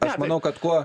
aš manau kad kuo